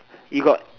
you got